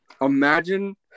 imagine